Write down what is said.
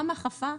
גם אכפה,